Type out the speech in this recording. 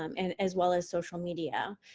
um and as well as social media.